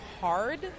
hard